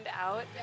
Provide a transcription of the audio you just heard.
out